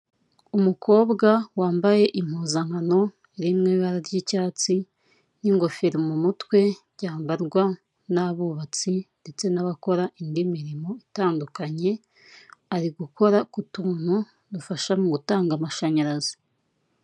Umukobwa wambaye impuzankano iri mw'ibara ry'icyatsi n'ingofero mu mutwe, byambarwa n'abubatsi ndetse n'abakora indi mirimo itandukanye. Ari kugora ku tuntu dufasha mu gutanga amashanyarazi.